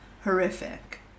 horrific